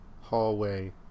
hallway